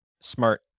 smart